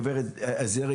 גברת עזירי